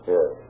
Yes